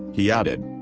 he added.